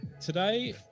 Today